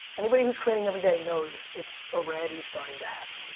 anybody who's creating everyday knows it's already starting to happen.